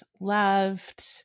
loved